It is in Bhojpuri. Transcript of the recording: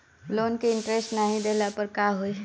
लोन के इन्टरेस्ट नाही देहले पर का होई?